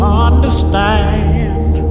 understand